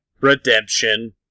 Redemption